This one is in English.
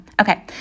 Okay